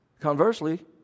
Conversely